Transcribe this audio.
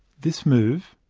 this move,